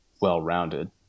well-rounded